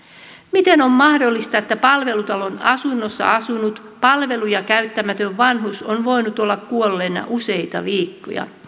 miten on mahdollista että palvelutalon asunnossa asunut palveluja käyttämätön vanhus on voinut olla kuolleena useita viikkoja